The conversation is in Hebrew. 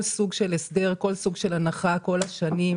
סוג של הסדר ולכל סוג של הנחה כל השנים.